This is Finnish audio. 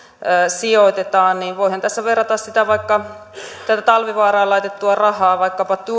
sijoitetaan niin voihan tässä verrata tätä talvivaaraan laitettua rahaa vaikkapa